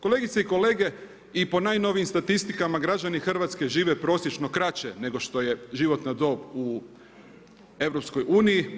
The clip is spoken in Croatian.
Kolegice i kolege i po najnovijim statistikama građani Hrvatske žive prosječno kraće nego što je životna dob u EU.